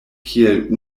kiel